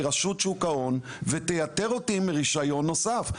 רשות שוק ההון ותייתר אותי מרישיון נוסף.